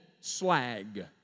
slag